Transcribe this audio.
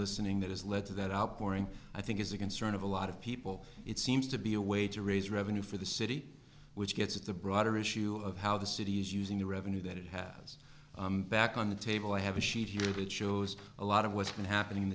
listening that has led to that outpouring i think is a concern of a lot of people it seems to be a way to raise revenue for the city which gets at the broader issue of how the city is using the revenue that it has back on the table i have a sheet here that shows a lot of what's been happening in